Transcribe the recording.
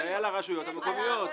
ועל הרשויות המקומיות.